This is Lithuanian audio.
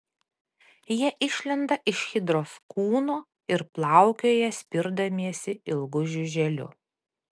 jie išlenda iš hidros kūno ir plaukioja spirdamiesi ilgu žiuželiu